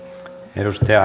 arvoisa